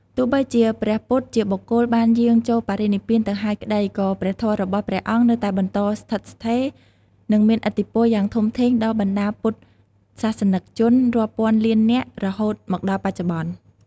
ទោះបីជាព្រះពុទ្ធជាបុគ្គលបានយាងចូលបរិនិព្វានទៅហើយក្តី ក៏ព្រះធម៌របស់ព្រះអង្គនៅតែបន្តស្ថិតស្ថេរ និងមានឥទ្ធិពលយ៉ាងធំធេងដល់បណ្ដាពុទ្ធសាសនិកជនរាប់ពាន់លាននាក់រហូតមកដល់បច្ចុប្បន្ន។